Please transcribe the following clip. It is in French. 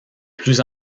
plus